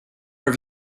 have